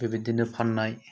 बेबादिनो फान्नाय